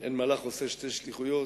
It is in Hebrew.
אין מלאך עושה שתי שליחויות,